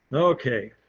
okay.